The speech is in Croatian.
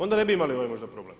Onda ne bi imali ovaj možda problem.